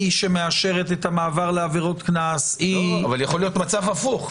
שמאשרת את המעבר לעבירות קנס היא --- אבל יכול להיות מצב הפוך.